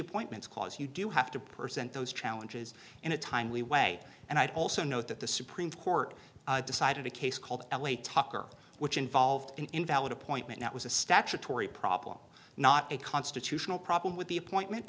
appointments because you do have to present those challenges in a timely way and i'd also note that the supreme court decided a case called l a tucker which involved an invalid appointment that was a statutory problem not a constitutional problem with the appointment